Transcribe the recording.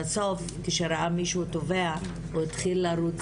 בסוף כשהוא ראה מישהו טובע הוא התחיל לרוץ